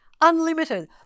unlimited